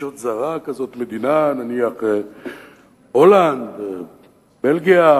ישות זרה, כזאת מדינה, נניח הולנד, בלגיה,